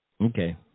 Okay